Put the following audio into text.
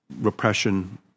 repression